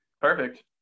Perfect